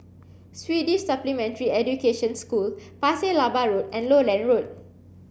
Swedish Supplementary Education School Pasir Laba Road and Lowland Road